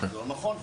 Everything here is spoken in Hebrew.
זה לא נכון.